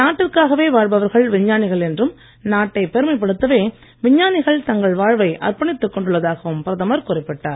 நாட்டிற்காகவே வாழ்பவர்கள் விஞ்ஞானிகள் என்றும் நாட்டை பெருமைப்படுத்தவே விஞ்ஞானிகள் தங்கள் வாழ்வை அர்ப்பணித்து கொண்டுள்ளதாகவும் பிரதமர் குறிப்பிட்டார்